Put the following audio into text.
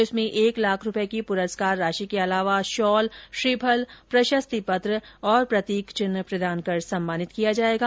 इसमें एक लाख रुपए की पुरस्कार राशि के अलावा शॉल श्रीफल प्रशस्ति पत्र और प्रतीक चिन्ह प्रदान कर सम्मानित किया जाएगा